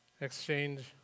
exchange